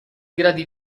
gradi